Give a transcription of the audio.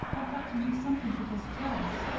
i've got to do something to this dress,